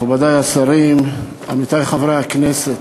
מכובדי השרים, עמיתי חברי הכנסת,